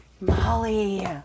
Molly